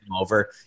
over